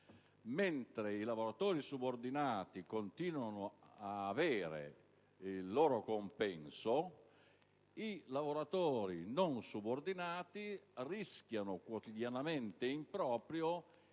Mentre i lavoratori subordinati continuano ad avere il loro compenso, i lavoratori non subordinati rischiano quotidianamente in proprio